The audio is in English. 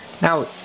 Now